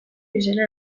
izena